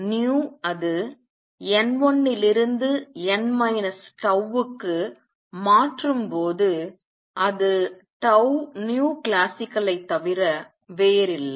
எனவே அது n1 இலிருந்து n τ க்கு மாற்றும் போது அது classicalஐ தவிர வேறில்லை